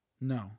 No